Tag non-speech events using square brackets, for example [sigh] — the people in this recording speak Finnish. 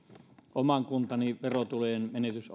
oman kuntani verotulojen menetys [unintelligible]